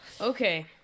Okay